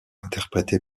interprété